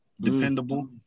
dependable